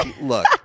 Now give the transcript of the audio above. Look